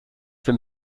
been